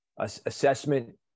assessment